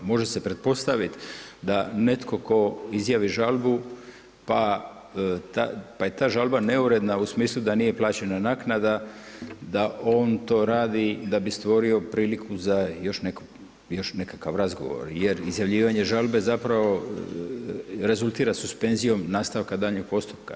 Može se pretpostaviti da netko izjavi žalbu pa je ta žalba neuredna u smislu da nije plaćena naknada, da on to radi da bi stvorio priliku za još nekakav razgovor jer izjavljivanje žalbe zapravo rezultira suspenzijom nastavka daljnjeg postupka.